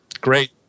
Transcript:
Great